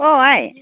अ' आइ